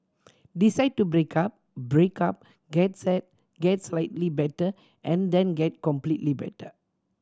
decide to break up break up get sad get slightly better and then get completely better